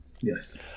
Yes